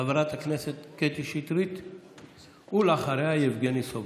חברת הכנסת קטי שטרית ואחריה, יבגני סובה.